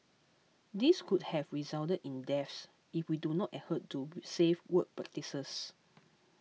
these could have resulted in deaths if we do not adhere to safe work practices